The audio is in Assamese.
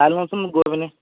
চাই লওচোন গৈ পিনি